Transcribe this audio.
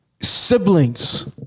siblings